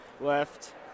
left